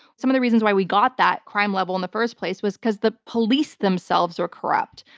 some of the reasons why we got that crime level in the first place was because the police themselves were corrupt.